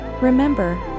Remember